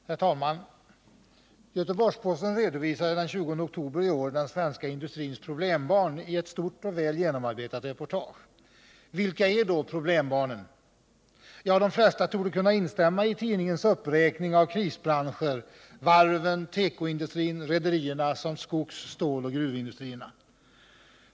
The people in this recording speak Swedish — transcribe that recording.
Herr talman! Göteborgs-Posten redovisade den 20 oktober i år den svenska industrins ”problembarn” i ett stort och väl genomarbetat reportage. Vilka är då ”problembarnen”? Ja, de flesta torde kunna instämma i tidningens uppräkning av krisbranscher: varven, tekoindustrin, rederierna samt skogs-, ståloch gruvindustrierna.